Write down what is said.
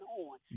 on